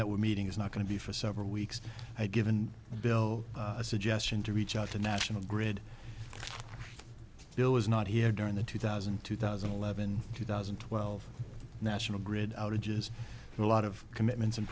that we're meeting is not going to be for several weeks i've given bill a suggestion to reach out to national grid bill is not here during the two thousand two thousand and eleven two thousand and twelve national grid outages a lot of commitments and